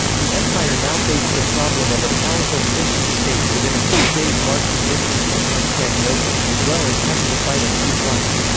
the empire now faced the problem of a powerful christian state within a few days' marching distance from constantinople, as well as having to fight on two fronts.